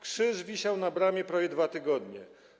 Krzyż wisiał na bramie prawie 2 tygodnie.